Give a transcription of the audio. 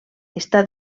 està